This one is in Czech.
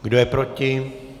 Kdo je proti?